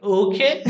okay